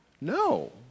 No